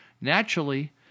naturally